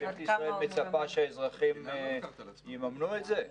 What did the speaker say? ממשלת ישראל מצפה שהאזרחים יממנו את זה?